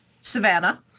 Savannah